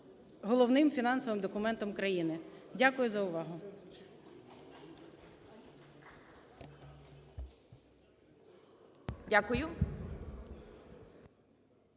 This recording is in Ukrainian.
головним фінансовим документом країни. Дякую за увагу.